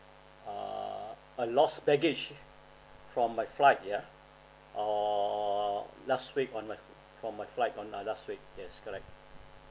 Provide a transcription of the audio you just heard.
err a lost baggage from my flight yeah on last week on my for my flight on uh last week yes correct